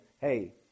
hey